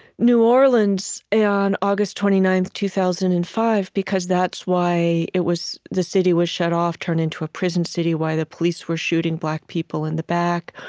new orleans on august twenty nine, two thousand and five, because that's why it was the city was shut off, turned into a prison city, why the police were shooting black people in the back,